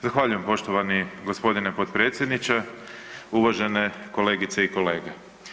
Zahvaljujem poštovani gospodine potpredsjedniče, uvažene kolegice i kolege.